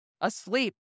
asleep